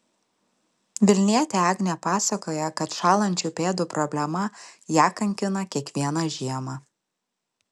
vilnietė agnė pasakoja kad šąlančių pėdų problema ją kankina kiekvieną žiemą